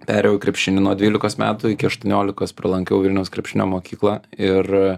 perėjau į krepšinį nuo dvylikos metų iki aštuoniolikos pralankiau vilniaus krepšinio mokyklą ir